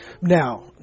Now